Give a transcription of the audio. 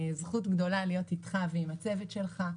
זכות גדולה להיות איתך ועם הצוות שלך.